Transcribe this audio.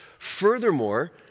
Furthermore